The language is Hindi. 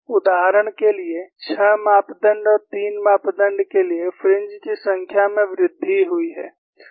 उदाहरण के लिए 6 मापदण्ड और 3 मापदण्ड के लिए फ्रिंज की संख्या में वृद्धि हुई है